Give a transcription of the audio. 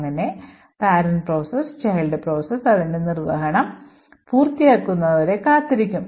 അങ്ങിനെ parent process child process അതിന്റെ നിർവ്വഹണം പൂർത്തിയാകുന്നതുവരെ കാത്തിരിക്കും